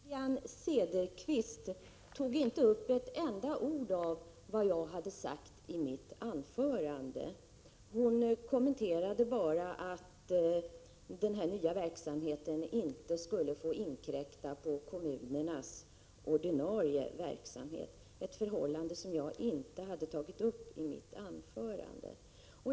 Herr talman! Wivi-Anne Cederqvist tog inte upp ett enda ord av vad jag hade sagt i mitt anförande. Hon kommenterade bara att den här nya verksamheten inte skulle få inkräkta på kommunernas ordinarie verksamhet — ett förhållande som jag inte tagit upp i mitt anförande.